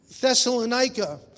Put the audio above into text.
Thessalonica